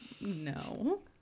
No